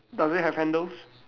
does it have handles